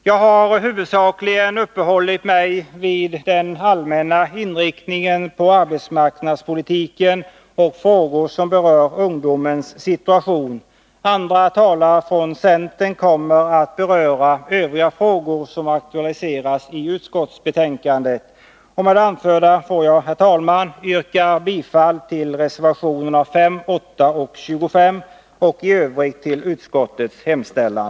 Jag har huvudsakligen uppehållit mig vid den allmänna inriktningen på arbetsmarknadspolitiken och frågor som berör ungdomens situation. Andra talare från centern kommer att beröra övriga frågor som aktualiseras i utskottsbetänkadet. Med det anförda ber jag, herr talman, att få yrka bifall till reservationerna 5, 8, och 25 och i övrigt till utskottets hemställan.